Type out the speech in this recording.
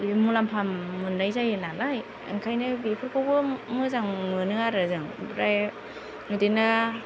मुलाम्फा मोननाय जायो नालाय ओंखायनो बेफोरखौबो मोजां मोनो आरो जों ओमफ्राय बिदिनो